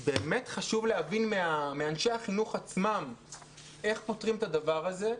באמת חשוב להבין מאנשי החינוך עצמם איך פותרים את הדבר הזה,